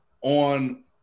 on